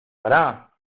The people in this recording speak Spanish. para